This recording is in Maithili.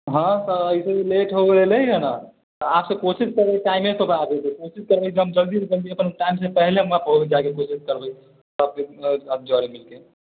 हँ तऽ अइसे ही लेट हो गेलै है ने आबसँ कोशिश करबै टाइमे आबैके सर कोशिश करबै जे हम जल्दी सँ जल्दी अपन टाइमसँ पहले वहाँपर पहुँच जाइके कोशिश करबै सभ आदमी जरे मिलके